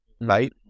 right